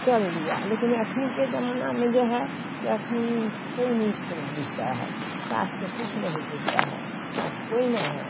चल लिया लेकिन ये अखनी के जमाना में जो है से अखनी कोई नहीं कुल बुझता है सास के कुछ नहीं बुझता है सास कोई न है